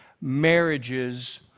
Marriages